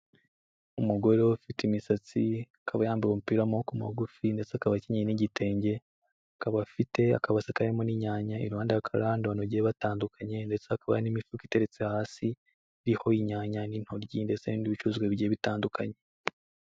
Umugore ufite imisatsi akaba yambaye umupira w'amaboko magufi ndetse akaba akenyeye n'igitenge, akaba afite akabase karimo n'inyanya iruhande hakaba hari abandi bantu bagiye batandukanye ndetse hakaba n'imifuka iteretse hasi iriho inyanya n'intoryi ndetse n'ibindi bicuruzwa bijyiye bitandukanye.